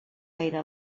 era